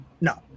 no